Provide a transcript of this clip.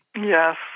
Yes